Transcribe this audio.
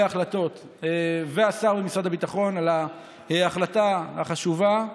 ההחלטות ואת השר במשרד הביטחון על ההחלטה החשובה,